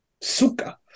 Suka